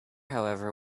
however